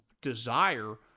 desire